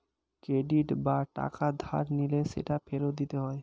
credit বা টাকা ধার নিলে সেটা ফেরত দিতে হয়